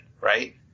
right